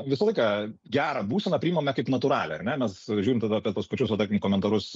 visą laiką gerą būseną priimame kaip natūralią ar ne mes žiūrim tada tuos pačius va tarkim komentarus